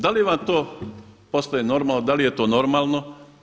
Da li vam to postaje normalno, da li je to normalno?